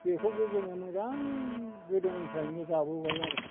बेखौबो जोङो मोजां गोदोनिफ्रायनो जाबोबाय आरो मा